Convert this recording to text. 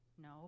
No